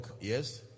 Yes